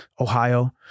Ohio